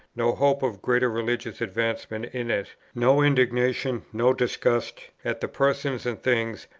no hope of greater religious advancement in it, no indignation, no disgust, at the persons and things,